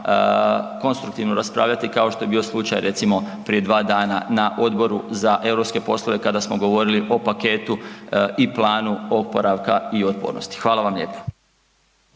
konstruktivno raspravljati kao što je bio slučaj recimo prije 2 dana na Odboru za europske poslove kada smo govorili o paketu i planu oporavka i otpornosti. Hvala vam lijepo.